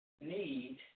need